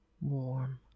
Warm